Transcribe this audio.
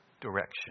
direction